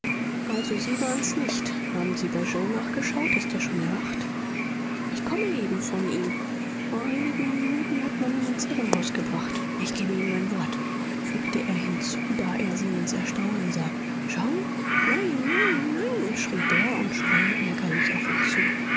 also sie waren's nicht haben sie bei yoe nachgeschaut ist er schon erwacht ich komme eben von ihm vor einigen minuten hat man ihn ins irrenhaus gebracht ich gebe ihnen mein wort fügte er hinzu da er zenons erstaunen sah yoe nein nein nein schrie der und sprang ärgerlich auf ihn zu